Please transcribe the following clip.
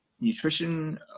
nutrition